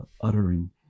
uttering